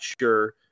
sure